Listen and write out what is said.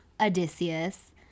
Odysseus